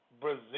Brazil